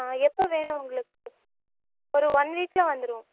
எப்போ வேணும் உங்களுக்கு ஒரு ஒன் வீக்கில் வந்துடும்